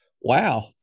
Wow